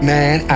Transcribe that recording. Man